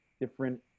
different